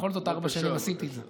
בכל זאת, ארבע שנים עשיתי את זה.